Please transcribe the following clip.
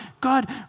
God